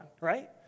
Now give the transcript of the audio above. right